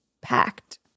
packed